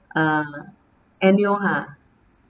ah annual ah